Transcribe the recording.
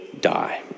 die